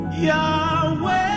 Yahweh